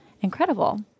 incredible